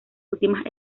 últimas